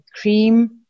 cream